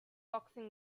boxing